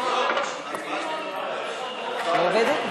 סמוטריץ,